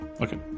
Okay